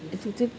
इत्युते